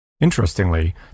Interestingly